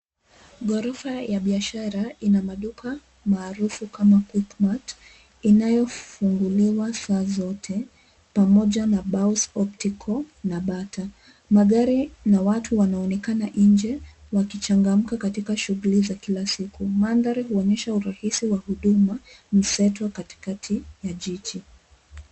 Ghorofa ya biashara ina maduka maarufu kama quickmart inayofunguliwa saa zote pamoja na baus optical na bata. Magari na watu wanaonekana nje wakichangamka katika shughuli za kila siku. Mandhari huonyesha urahisi wa huduma mseto katikati ya jiji.